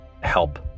help